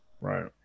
Right